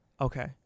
Okay